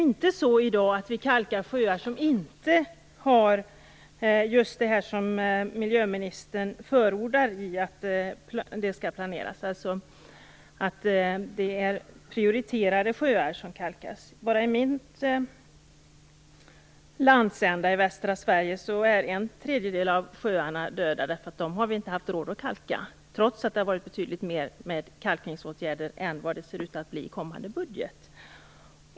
I dag kalkar vi inte sjöar som inte har det som miljöministern förordar. Prioriterade sjöar kalkas. Bara i min landsända i västra Sverige är en tredjedel av sjöarna döda eftersom vi inte har haft råd att kalka dem trots att det har vidtagits betydligt fler kalkningsåtgärder än vad det ser ut att bli i kommande budget.